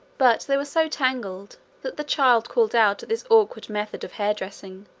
but they were so tangled that the child called out at this awkward method of hairdressing,